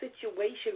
situation